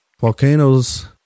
Volcanoes